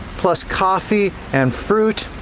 plus coffee, and fruit,